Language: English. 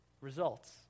results